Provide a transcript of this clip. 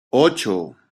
ocho